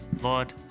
Lord